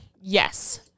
yes